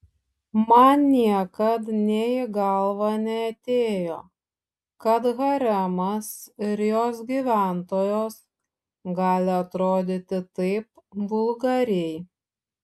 man niekad nė į galvą neatėjo kad haremas ir jos gyventojos gali atrodyti taip vulgariai